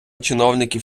чиновників